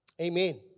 Amen